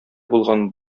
булган